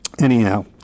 Anyhow